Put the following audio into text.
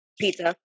Pizza